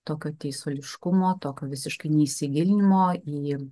tokio teisuoliškumo tokio visiškai neįsigilinimo į